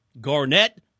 Garnett